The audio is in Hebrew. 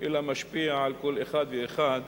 אלא משפיע על כל אחד ואחד